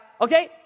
okay